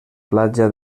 platja